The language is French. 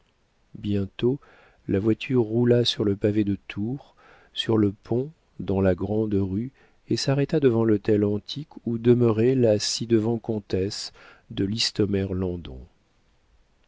bientôt la voiture roula sur le pavé de tours sur le pont dans la grande-rue et s'arrêta devant l'hôtel antique où demeurait la ci-devant comtesse de listomère landon la